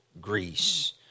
Greece